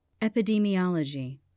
Epidemiology